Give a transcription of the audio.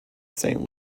saint